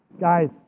Guys